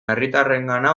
herritarrengana